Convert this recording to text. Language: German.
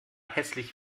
hässlich